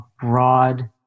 broad